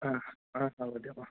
অঁ অঁ হ'ব দিয়ক অঁ